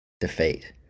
defeat